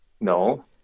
No